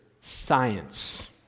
science